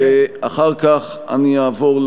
ואחר כך אני אעבור,